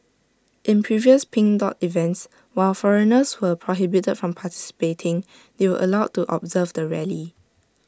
in previous pink dot events while foreigners were prohibited from participating they were allowed to observe the rally